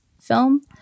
film